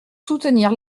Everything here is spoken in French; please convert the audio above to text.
soutenir